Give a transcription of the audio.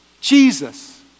Jesus